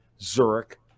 Zurich